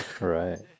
right